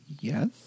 Yes